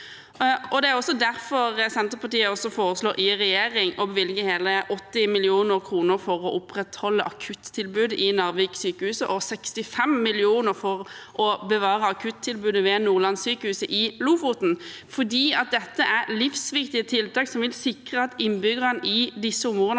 Det er også derfor Senterpartiet i regjering foreslår å bevilge hele 80 mill. kr for å opprettholde akuttilbudet ved Narvik sykehus og 65 mill. kr for å bevare akuttilbudet ved Nordlandssykehuset i Lofoten. Dette er livsviktige tiltak som vil sikre at innbyggerne i disse områdene